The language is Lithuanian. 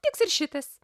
tiks ir šitas